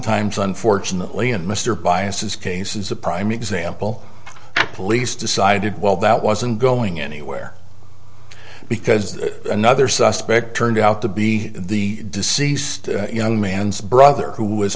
times unfortunately and mr byass case is a prime example police decided well that wasn't going anywhere because another suspect turned out to be the deceased young man's brother who was